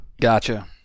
Gotcha